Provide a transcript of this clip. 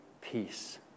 peace